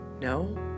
No